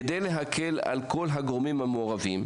כדי להקל על כל הגורמים המעורבים,